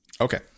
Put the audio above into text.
Okay